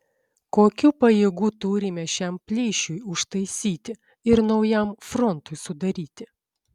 kokių pajėgų turime šiam plyšiui užtaisyti ir naujam frontui sudaryti